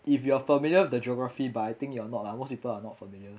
if you are familiar with the geography but I think you are not lah most people are not familiar